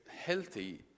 healthy